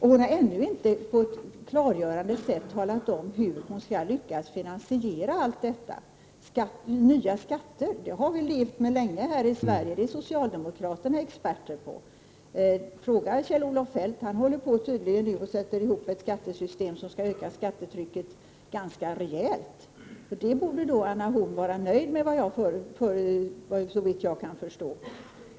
Hon har ännu inte på ett klargörande sätt talat om hur man skall lyckas finansiera allt detta. Nya skatter har vi levt med länge här i Sverige. Det är socialdemokraterna experter på. Fråga Kjell-Olof Feldt! Han håller tydligen på med att sätta ihop ett nytt skattesystem, som skall öka skattetrycket ganska rejält. Det borde då Anna Horn af Rantzien vara nöjd med, såvitt jag kan förstå.